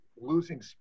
losing